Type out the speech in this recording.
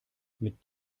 mit